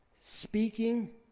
speaking